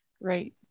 right